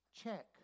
check